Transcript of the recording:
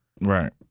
Right